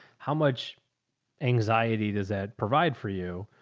how much anxiety does that provide for you?